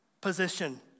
position